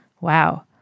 Wow